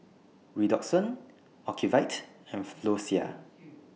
Redoxon Ocuvite and Floxia